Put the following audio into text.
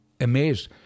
amazed